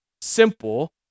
simple